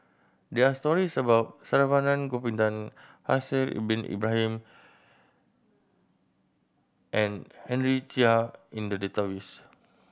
there are stories about Saravanan Gopinathan Haslir Bin Ibrahim and Henry Chia in the database